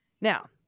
Now